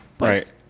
Right